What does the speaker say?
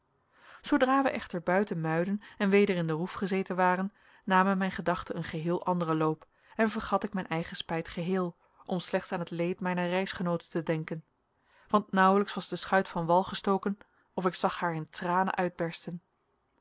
zoodra wij echter buiten muiden en weder in de roef gezeten waren namen mijn gedachten een geheel anderen loop en vergat ik mijn eigen spijt geheel om slechts aan het leed mijner reisgenoote te denken want nauwelijks was de schuit van wal gestoken of ik zag haar in tranen uitbersten